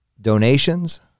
donations